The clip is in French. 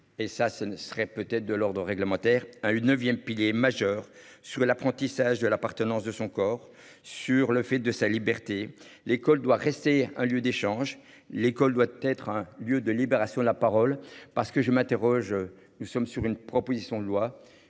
et ça ce ne serait peut être de l'ordre réglementaire à une 9e pilier. Soit l'apprentissage de l'appartenance de son corps sur le fait de sa liberté. L'école doit rester un lieu d'échanges. L'école doit être un lieu de libération de la parole parce que je m'interroge. Nous sommes sur une proposition de loi,